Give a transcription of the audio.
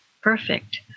perfect